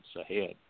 ahead